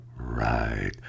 Right